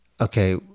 okay